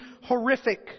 horrific